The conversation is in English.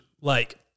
like-